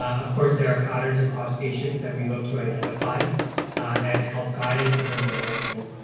of course, there are patterns across patients that we look to identify and help guide us in terms of management.